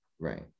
Right